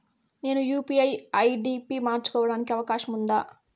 నేను UPI ID పి మార్చుకోవడానికి అవకాశం ఉందా?